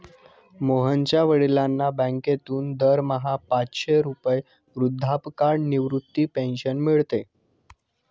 मोहनच्या वडिलांना बँकेतून दरमहा पाचशे रुपये वृद्धापकाळ निवृत्ती पेन्शन मिळते